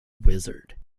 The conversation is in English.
wizard